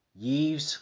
yves